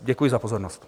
Děkuji za pozornost.